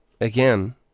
again